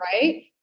Right